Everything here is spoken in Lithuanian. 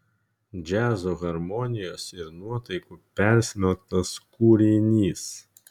džiazo harmonijos ir nuotaikų persmelktas kūrinys